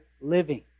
living